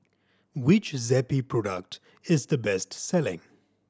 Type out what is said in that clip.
which Zappy product is the best selling